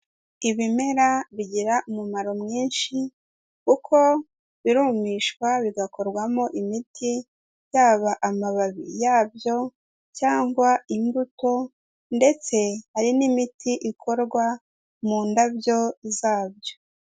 Ibimera bigira umumaro mwinshi kuko birumishwa bigakorwamo imiti, yaba amababi yabyo cyangwa imbuto ndetse hari n'imiti ikorwa mu ndabyo zabyo.